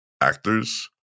actors